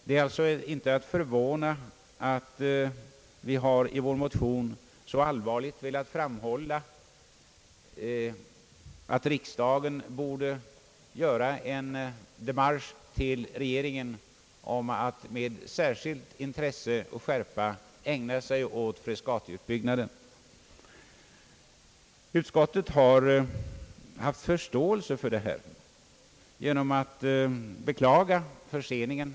Det är alltså inte ägnat att förvåna att vi i vår motion så allvarligt velat framhålla att riksdagen borde göra en demarsch hos regeringen om att med intresse och skärpa ägna sig åt frescatiutbyggnaden. Utskottet har haft förståelse för olägenheterna och beklagat förseningen.